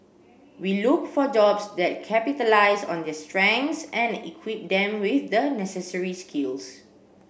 we look for jobs that capitalise on their strengths and equip them with the necessary skills